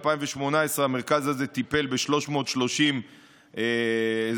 ב-2018 המרכז הזה טיפל ב-330 אזרחים,